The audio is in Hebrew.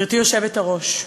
גברתי היושבת-ראש,